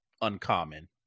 uncommon